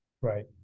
right